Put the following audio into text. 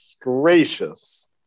Gracious